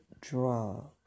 drug